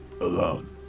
alone